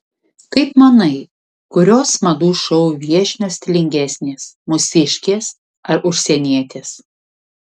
kaip manai kurios madų šou viešnios stilingesnės mūsiškės ar užsienietės